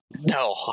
no